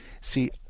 see